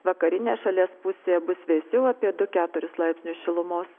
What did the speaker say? vakarinėj šalies pusėje bus vėsiau apie du keturis laipsnius šilumos